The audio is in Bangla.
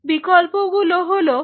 বিকল্পগুলো হলো এই